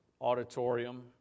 auditorium